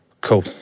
Cool